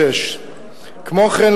התשנ"ו 1996. כמו כן,